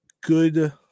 good